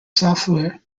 software